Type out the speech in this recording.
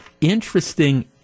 interesting